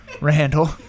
Randall